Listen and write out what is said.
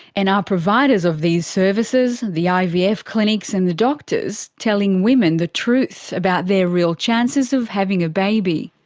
and are providers of these services the ivf clinics and the doctors telling women the truth about their real chances of having a baby?